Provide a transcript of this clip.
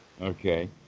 Okay